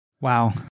Wow